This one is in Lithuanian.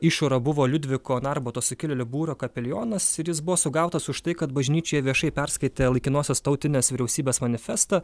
išora buvo liudviko narbuto sukilėlių būrio kapelionas ir jis buvo sugautas už tai kad bažnyčioje viešai perskaitė laikinosios tautinės vyriausybės manifestą